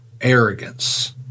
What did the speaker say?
arrogance